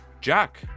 Jack